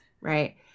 right